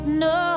no